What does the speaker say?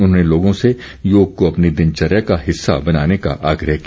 उन्होंने लोगों से योग को अपनी दिनचर्या का हिस्सा बनाने का आग्रह किया